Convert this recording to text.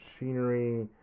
machinery